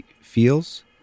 feels